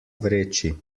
vreči